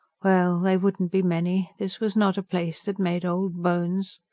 well, they wouldn't be many this was not a place that made old bones.